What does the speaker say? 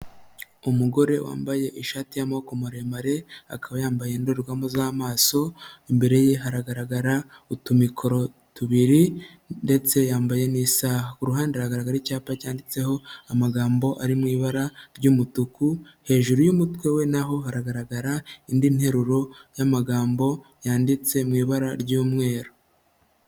Umugore wambaye ishati y'amaboko maremare, akaba yambaye indorerwamo z'amaso, imbere ye hagaragara utumikoro tubiri ndetse yambaye n'isaha. Ku ruhande haragaragara icyapa cyanditseho amagambo ari mu ibara ry'umutuku, hejuru y'umutwe we na ho haragaragara indi nteruro y'amagambo yanditse mu ibara ry'umweru.